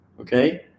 okay